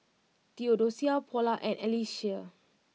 Theodocia Paula and Alysia